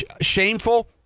shameful